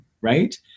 right